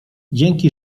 dzięki